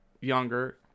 younger